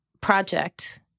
project